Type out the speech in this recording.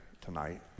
tonight